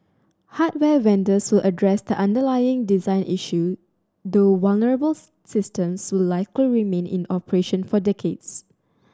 hardware vendors will address the underlying design issue though vulnerable systems will like remain in operation for decades